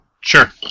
Sure